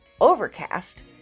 Overcast